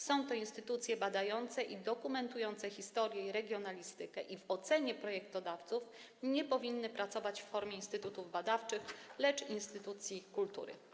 Są to instytucje badające i dokumentujące historię i regionalistykę i w ocenie projektodawców powinny pracować nie w formie instytutów badawczych, lecz instytucji kultury.